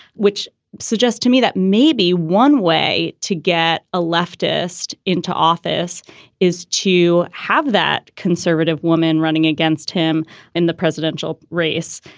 which suggests to me that maybe one way to get a leftist into office is to have that conservative woman running against him in the presidential race.